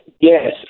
yes